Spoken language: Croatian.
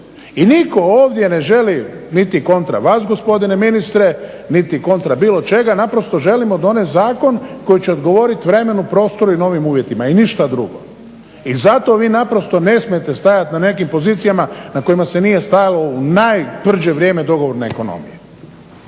I nitko ovdje ne želi niti kontra vas gospodine ministre niti kontra bilo čega, naprosto želimo donijeti zakon koji će odgovoriti vremenu, prostoru i novim uvjetima i ništa drugo. I zato vi naprosto ne smijete stajati na nekim pozicijama na kojima se nije stajalo u najtvrđe vrijeme dogovorne ekonomije.